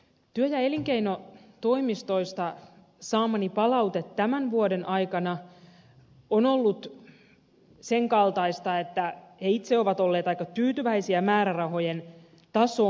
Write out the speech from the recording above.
työ ja elinkeinotoimistoista saamani palaute tämän vuoden aikana on ollut sen kaltaista että he itse ovat olleet aika tyytyväisiä määrärahojen tasoon